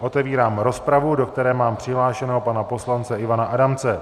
Otevírám rozpravu, do které mám přihlášeného pana poslance Ivana Adamce.